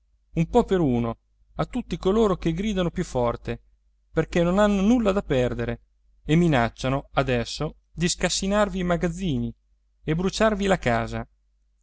po per uno a tutti coloro che gridano più forte perché non hanno nulla da perdere e minacciano adesso di scassinarvi i magazzini e bruciarvi la casa